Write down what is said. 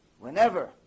whenever